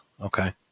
Okay